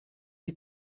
die